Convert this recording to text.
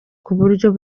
kuburyo